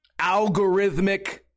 algorithmic